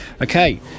Okay